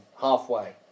halfway